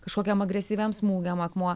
kažkokiam agresyviam smūgiam akmuo